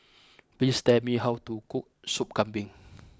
please tell me how to cook Sup Kambing